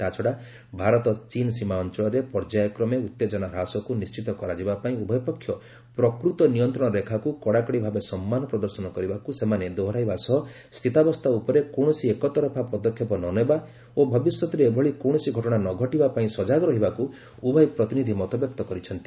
ତା ଛଡ଼ା ଭାରତ ଚୀନ୍ ସୀମା ଅଞ୍ଚଳରେ ପର୍ଯ୍ୟାୟ କ୍ରମେ ଉତ୍ତେଜନା ହ୍ରାସକୁ ନିଶ୍ଚିତ କରାଯିବା ପାଇଁ ଉଭୟ ପକ୍ଷ ପ୍ରକୂତ ନିୟନ୍ତ୍ରଣ ରେଖାକୁ କଡ଼ାକଡ଼ି ଭାବେ ସମ୍ମାନ ପ୍ରଦର୍ଶନ କରିବାକୁ ସେମାନେ ଦୋହରାଇବା ସହ ସ୍ଥିତାବସ୍ଥା ଉପରେ କୌଣସି ଏକତରଫା ପଦକ୍ଷେପ ନ ନେବା ଓ ଭବିଷ୍ୟତରେ ଏଭଳି କୌଣସି ଘଟଣା ନ ଘଟିବା ପାଇଁ ସଜାଗ ରହିବାକୁ ଉଭୟ ପ୍ରତିନିଧି ମତବ୍ୟକ୍ତ କରିଛନ୍ତି